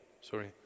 sorry